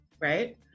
right